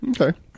Okay